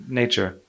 nature